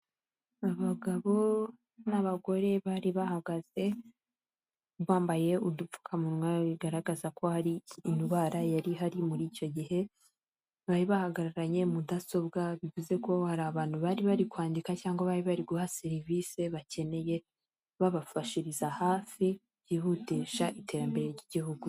Abagabo n'abagore bari bahagaze bambaye udupfukamunwa bigaragaza ko hari indwara yari ihari muri icyo gihe bari bahagararanye mudasobwa bivuze ko hari abantu bari bari kwandika cyangwa bari bari guha serivisi bakeneye babafashiriza hafi byihutisha iterambere ry'igihugu,